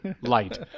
light